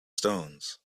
stones